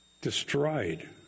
destroyed